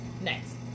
Next